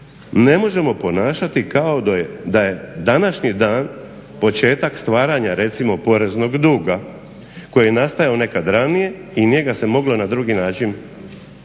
ne možemo ponašati kao da je današnji dan početak stvaranja recimo poreznog duga koji je nastajao nekad ranije i nije ga se moglo na drugi način